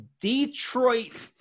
Detroit